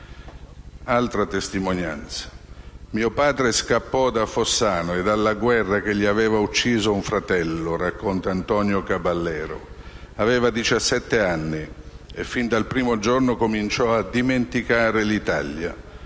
Altra testimonianza: «"Mio padre scappò da Fossano e dalla guerra che gli aveva ucciso un fratello - racconta Antonio Caballero -, aveva 17 anni e fin dal primo giorno cominciò a dimenticare l'Italia.